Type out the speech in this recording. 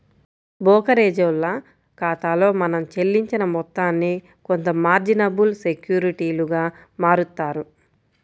బోకరేజోల్ల ఖాతాలో మనం చెల్లించిన మొత్తాన్ని కొంత మార్జినబుల్ సెక్యూరిటీలుగా మారుత్తారు